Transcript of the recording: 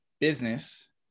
business